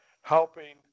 helping